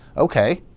ok,